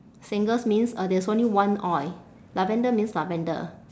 singles means uh there's only one oil lavender means lavender